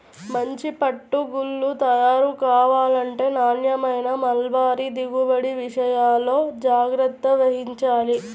మంచి పట్టు గూళ్ళు తయారు కావాలంటే నాణ్యమైన మల్బరీ దిగుబడి విషయాల్లో జాగ్రత్త వహించాలి